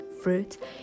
fruit